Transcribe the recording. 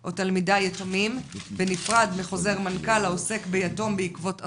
או תלמידה יתומים בנפרד לחוזר מנכ"ל העוסק ביתום בעקבות אסון.